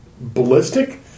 ballistic